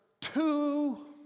two